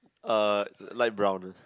uh light brown